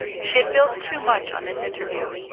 she had built too much on this interview.